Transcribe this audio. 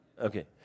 Okay